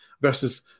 Versus